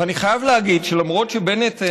ואני חייב להגיד שלמרות שבנט,